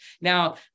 Now